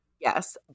Yes